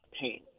pain